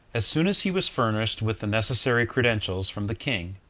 as soon as he was furnished with the necessary credentials from the king,